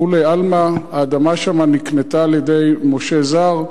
לכולי עלמא האדמה שם נקנתה על-ידי משה זר.